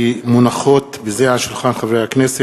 כי הונחו היום,